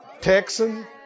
Texan